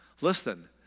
listen